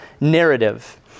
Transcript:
narrative